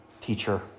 teacher